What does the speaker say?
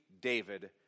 David